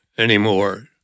anymore